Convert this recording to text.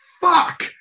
Fuck